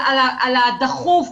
על הדחוף,